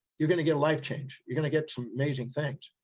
you're going to get a life change. you're going to get some amazing things.